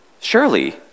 surely